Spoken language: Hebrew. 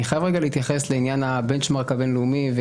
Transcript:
אני חייב רגע להתייחס לעניין ה"בנצ'מרק" הבין לאומי,